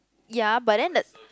ya but then the